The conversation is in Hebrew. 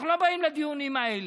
אנחנו לא באים לדיונים האלה.